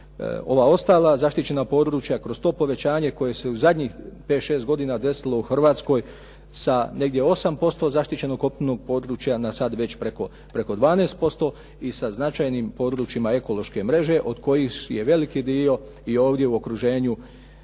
ova ostala zaštićena područja kroz to povećanje koje se kroz zadnjih pet, šest godina desilo u Hrvatskoj sa negdje 8% zaštićenog kopnenog područja na sad već preko 12% i sa značajnim područjima ekološke mreže i od kojih je veliki dio i ovdje u okruženju